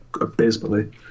abysmally